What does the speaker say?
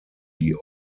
die